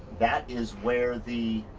that is where the